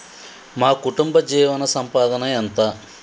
మా కుటుంబ జీవన సంపాదన ఎంత?